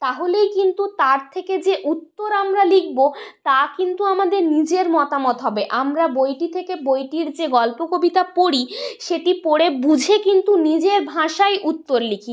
তাহলেই কিন্তু তার থেকে যে উত্তর আমরা লিখব তা কিন্তু আমাদের নিজের মতামত হবে আমরা বইটি থেকে বইটির যে গল্প কবিতা পড়ি সেটি কিন্তু পড়ে বুঝে নিজের ভাষায় উত্তর লিখি